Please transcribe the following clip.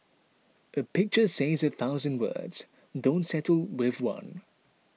a pictures says a thousand words don't settle with one